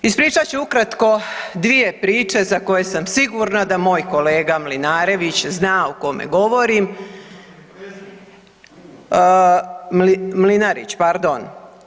Ispričat ću ukratko dvije priče za koje sam sigurna da moj kolega Mlinarević zna o kome govorim, Mlinarić pardon.